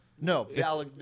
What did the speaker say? No